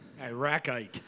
Iraqite